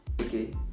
Okay